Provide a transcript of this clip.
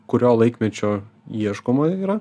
kurio laikmečio ieškoma yra